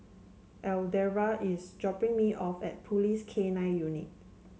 Alverda is dropping me off at Police K Nine Unit